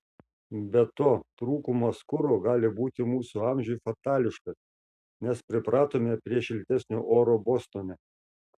be to trūkumas kuro gali būti mūsų amžiui fatališkas nes pripratome prie šiltesnio oro bostone